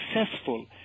successful